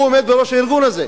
הוא עומד בראש הארגון הזה.